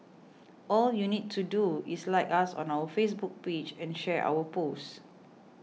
all you need to do is like us on our Facebook page and share our post